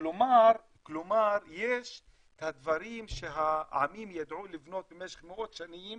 כלומר יש את הדברים שהעמים ידעו לבנות במשך מאות שנים